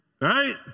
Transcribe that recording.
right